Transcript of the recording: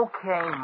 Okay